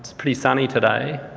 pretty sunny today.